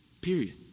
Period